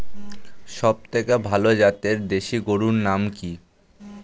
সবথেকে ভালো জাতের দেশি গরুর নাম কি?